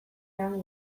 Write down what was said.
lan